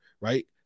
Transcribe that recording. right